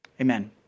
Amen